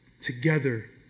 together